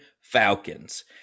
Falcons